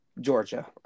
Georgia